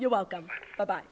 you're welcome bye by